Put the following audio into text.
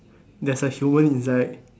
there's a human inside